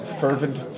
fervent